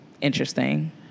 interesting